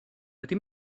ydy